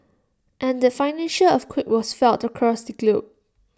and that financial earthquake was felt across the globe